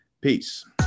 peace